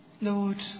Lord